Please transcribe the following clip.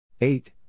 Eight